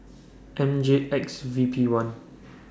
M J X V P one